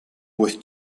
with